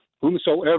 whomsoever